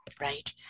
Right